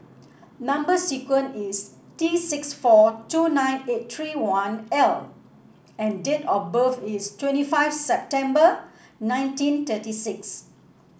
number sequence is T six four two nine eight three one L and date of birth is twenty five September nineteen thirty six